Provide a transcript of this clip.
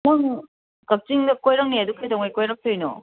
ꯅꯪ ꯀꯛꯆꯤꯡꯗ ꯀꯣꯏꯔꯛꯅꯦꯗꯣ ꯀꯩꯗꯧꯉꯩ ꯀꯣꯏꯔꯛꯇꯣꯏꯅꯣ